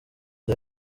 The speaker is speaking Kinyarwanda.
the